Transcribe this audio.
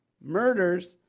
murders